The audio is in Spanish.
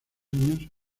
años